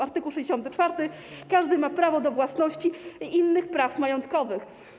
Art. 64. Każdy ma prawo do własności i innych praw majątkowych.